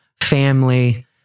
family